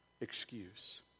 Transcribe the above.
excuse